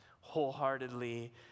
wholeheartedly